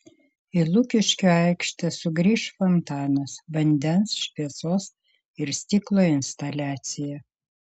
į lukiškių aikštę sugrįš fontanas vandens šviesos ir stiklo instaliacija